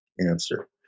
answer